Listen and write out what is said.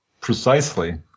precisely